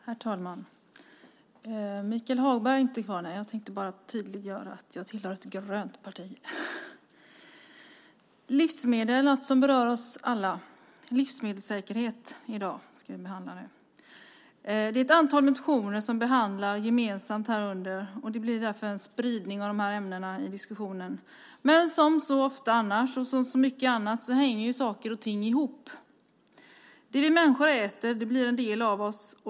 Herr talman! Michael Hagberg är inte kvar i kammaren. Jag hade tänkt tydliggöra för honom att jag tillhör ett grönt parti. Livsmedel är något som berör oss alla, och i dag ska vi behandla livsmedelssäkerheten. Det är ett antal motioner som behandlas gemensamt, och därför blir det en spridning av ämnen i diskussionen. Men som så ofta annars, och som så mycket annat, hänger saker och ting ihop. Det vi människor äter blir en del av oss.